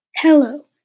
Hello